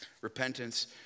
Repentance